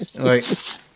Right